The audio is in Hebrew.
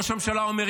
ראש הממשלה אומר,